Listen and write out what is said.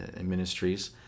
ministries